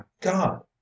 god